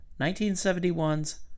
1971's